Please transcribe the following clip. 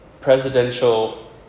presidential